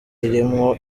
irimwo